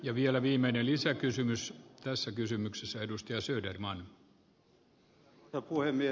ja vielä viimeinen lisä kysymys tässä kysymyksessä edusti arvoisa puhemies